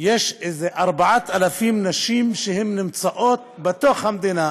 יש איזה 4,000 נשים שנמצאות בתוך המדינה,